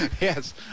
Yes